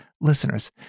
listeners